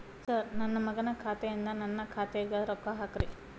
sir ನನ್ನ ಮಗನ ಖಾತೆ ಯಿಂದ ನನ್ನ ಖಾತೆಗ ರೊಕ್ಕಾ ಹಾಕ್ರಿ